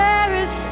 Paris